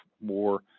more